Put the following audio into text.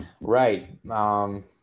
Right